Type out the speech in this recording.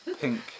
pink